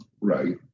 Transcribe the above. Right